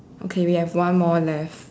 okay we have one more left